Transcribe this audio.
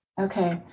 Okay